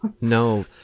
No